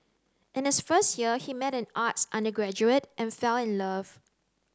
in his first year he met an arts undergraduate and fell in love